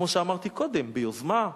כמו שאמרתי קודם, ביוזמה,